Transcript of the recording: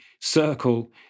circle